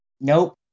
Nope